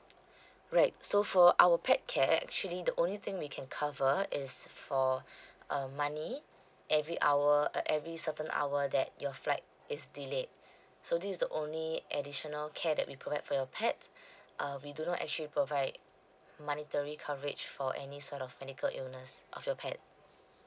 right so for our pet care actually the only thing we can cover is for uh money every hour uh every certain hour that your flight is delayed so this is the only additional care that we provide for your pet uh we do not actually provide monetary coverage for any sort of medical illness of your pet